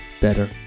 better